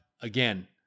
again